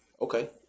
Okay